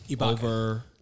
over